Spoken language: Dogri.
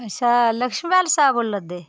अच्छा लक्ष्मण साह्ब बोला दे